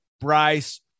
Bryce